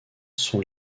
sont